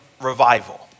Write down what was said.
revival